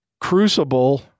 crucible